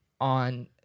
on